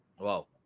wow